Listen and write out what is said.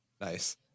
Nice